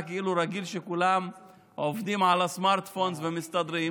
רגיל שכולם עובדים על הסמארטפון ומסתדרים,